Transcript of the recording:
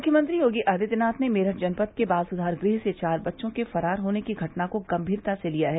मुख्यमंत्री योगी आदित्यनाथ ने मेरठ जनपद के बाल सुधार गृह से चार बच्चों के फरार होने की घटना को गंभीरता से लिया है